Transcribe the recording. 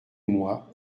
moi